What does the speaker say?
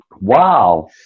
Wow